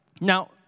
now